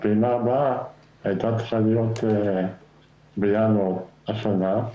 הפעימה הבאה הייתה צריכה להיות בינואר השנה.